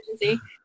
emergency